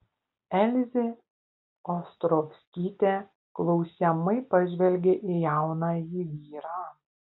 elzė ostrovskytė klausiamai pažvelgė į jaunąjį vyrą